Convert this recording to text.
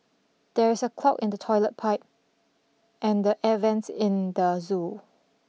there is a clog in the toilet pipe and the air vents in the zoo